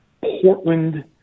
Portland